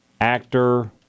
actor